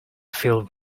feel